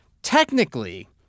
Technically